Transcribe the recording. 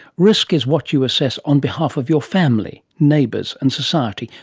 risk is what you assess on behalf of your family, neighbours and society,